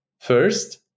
First